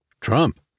Trump